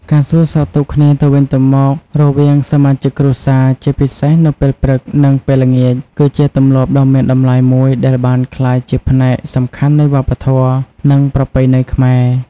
ការសួរសុខទុក្ខគ្នាទៅវិញទៅមករវាងសមាជិកគ្រួសារ ជាពិសេសនៅពេលព្រឹក និងពេលល្ងាច គឺជាទម្លាប់ដ៏មានតម្លៃមួយដែលបានក្លាយជាផ្នែកសំខាន់នៃវប្បធម៌ និងប្រពៃណីខ្មែរ។